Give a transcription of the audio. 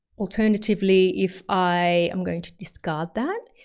alternatively, if i am going to discard that,